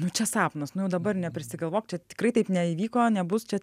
nu čia sapnas nu dabar neprisigalvok čia tikrai taip neįvyko nebus čia